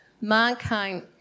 mankind